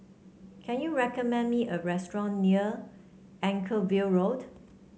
can you recommend me a restaurant near Anchorvale Road